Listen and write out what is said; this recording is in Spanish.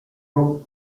rob